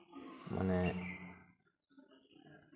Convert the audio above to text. ᱢᱟᱱᱮ